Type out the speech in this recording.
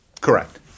Correct